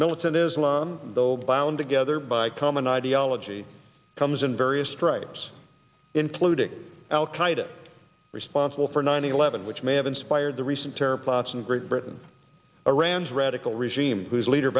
militant islam though bound together by common ideology comes in various stripes including al qaeda responsible for nine eleven which may have inspired the recent terror plots in great britain iran's radical regime whose leader